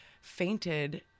fainted